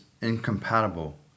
incompatible